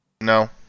no